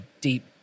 deep